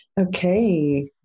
Okay